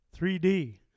3D